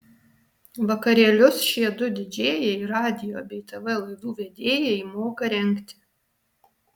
vakarėlius šie du didžėjai radijo bei tv laidų vedėjai moka rengti